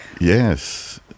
Yes